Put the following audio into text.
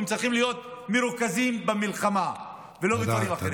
הם צריכים להיות מרוכזים במלחמה ולא בדברים אחרים.